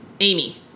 Amy